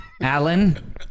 Alan